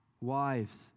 Wives